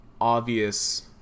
obvious